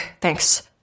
thanks